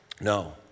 no